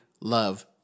love